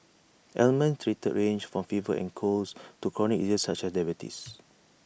ailments treated range from fevers and colds to chronic diseases such as diabetes